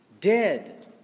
dead